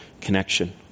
connection